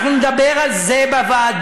אנחנו נדבר על זה בוועדה.